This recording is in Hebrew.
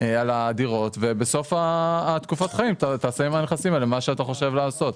על הדירות ובסוף תקופות החיים תעשה עם הנכסים האלה מה שאתה חושב לעשות.